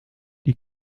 die